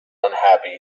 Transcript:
unhappy